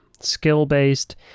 skill-based